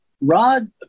rod